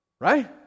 Right